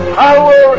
power